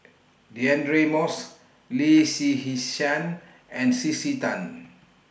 Deirdre Moss Lee and C C Tan